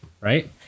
Right